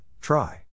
try